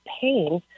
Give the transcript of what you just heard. pain